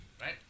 Right